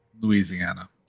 louisiana